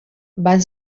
van